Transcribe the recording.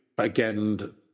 Again